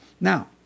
Now